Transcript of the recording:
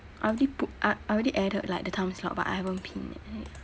I already put I I already added like the timeslot but I haven't pin yet wait